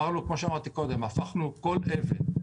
כמו שאמרתי קודם, הפכנו כל אבן.